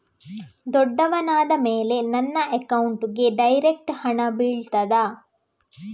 ದೊಡ್ಡವನಾದ ಮೇಲೆ ನನ್ನ ಅಕೌಂಟ್ಗೆ ಡೈರೆಕ್ಟ್ ಹಣ ಬೀಳ್ತದಾ?